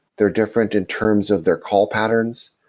they're different in terms of their call patterns.